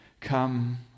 come